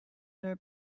low